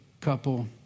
couple